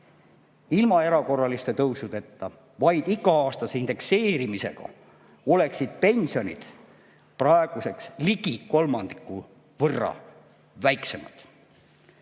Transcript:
Ilma erakorraliste tõusudeta, vaid iga-aastase indekseerimisega oleksid pensionid praeguseks ligi kolmandiku võrra väiksemad.